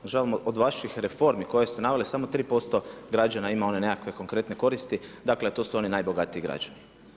Na žalost od vaših reforme koje ste naveli samo 3% građana ima one nekakve konkretne koristi, dakle a to su oni najbogatiji građani.